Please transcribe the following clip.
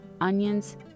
onions